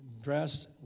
dressed